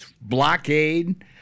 blockade